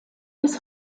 bis